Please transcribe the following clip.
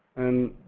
and,